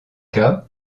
cas